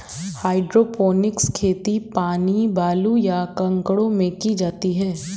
hydroponics खेती पानी, बालू, या कंकड़ों में की जाती है